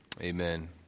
Amen